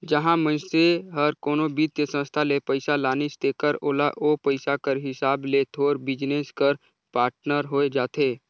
जहां मइनसे हर कोनो बित्तीय संस्था ले पइसा लानिस तेकर ओला ओ पइसा कर हिसाब ले तोर बिजनेस कर पाटनर होए जाथे